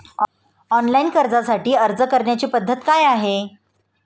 Online कर्जासाठी अर्ज करण्याची पद्धत काय आहे?